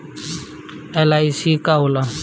LIC का होला?